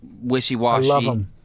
wishy-washy